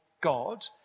God